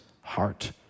heart